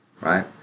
right